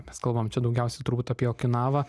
mes kalbam čia daugiausiai turbūt apie okinavą